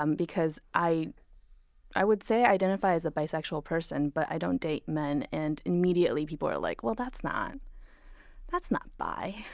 um because i i would say i identify as a bisexual person but i don't date men, and immediately people are like, well, that's not that's not bi!